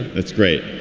that's great.